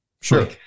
Sure